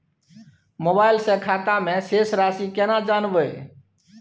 Mobile से खाता में शेस राशि केना जानबे?